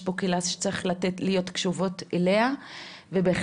יש פה קהילה שצריך להיות קשובים אליה ובהחלט